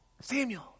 Samuel